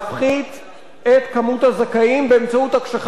את מספר הזכאים באמצעות הקשחת הקריטריונים.